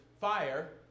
fire